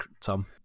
Tom